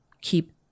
keep